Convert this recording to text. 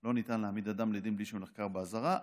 שלא ניתן להעמיד אדם לידין בלי שהוא נחקר באזהרה.